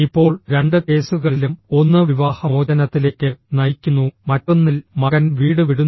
ഇപ്പോൾ രണ്ട് കേസുകളിലും ഒന്ന് വിവാഹമോചനത്തിലേക്ക് നയിക്കുന്നു മറ്റൊന്നിൽ മകൻ വീട് വിടുന്നു